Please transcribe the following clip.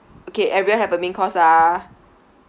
okay everyone have a main course ah